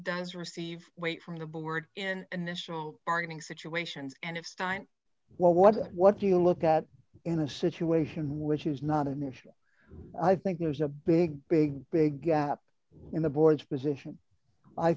does receive weight from the board in initial bargaining situations and if stein what what what do you look at in the situation which is not an issue i think there's a big big big gap in the board's position i